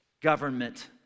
government